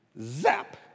zap